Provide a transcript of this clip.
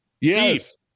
yes